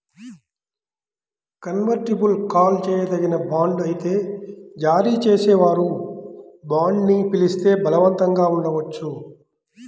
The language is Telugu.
కన్వర్టిబుల్ కాల్ చేయదగిన బాండ్ అయితే జారీ చేసేవారు బాండ్ని పిలిస్తే బలవంతంగా ఉండవచ్చు